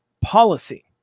policy